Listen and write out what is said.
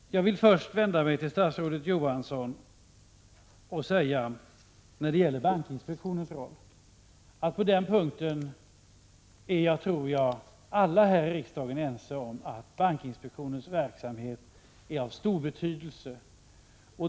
Herr talman! Jag vill först vända mig till statsrådet Johansson och när det gäller bankinspektionens roll säga att alla här i riksdagen troligen är ense om att bankinspektionens verksamhet är av stor betydelse.